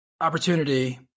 opportunity